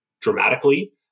dramatically